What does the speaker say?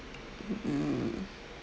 um